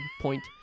point